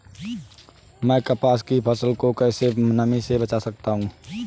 मैं कपास की फसल को कैसे नमी से बचा सकता हूँ?